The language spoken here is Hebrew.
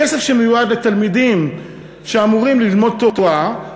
כסף שמיועד לתלמידים שאמורים ללמוד תורה,